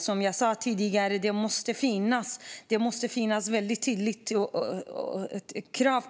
Som jag sa tidigare måste det finnas ett väldigt tydligt krav.